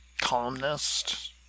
columnist